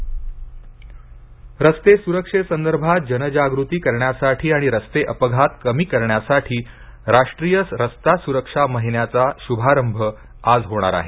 रस्ते सुरक्षा रस्ते स्रक्षेसंदर्भात जनजागृती करण्यासाठी आणि रस्ते अपघात कमी करण्यासाठी राष्ट्रीय रस्ता सुरक्षा महिन्याचा शुभारंभ आज होणार आहे